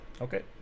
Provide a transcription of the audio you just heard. Okay